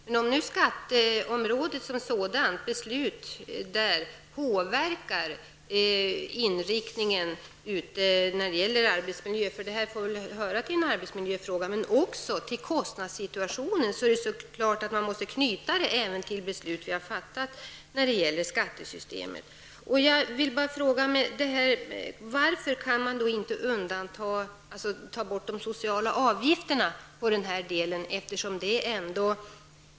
Men om nu beslut på skatteområdet som sådant påverkar arbetsmiljön -- det här får väl anses vara en arbetsmiljöfråga -- och även kostnadssituationen är det klart att man måste anknyta det också till beslut som vi har fattat när det gäller skattesystemet. Jag vill bara fråga: Varför kan man inte ta bort de sociala avgifterna på den här delen?